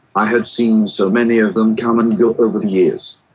i had seen so many of them come and go over the years.